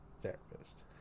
therapist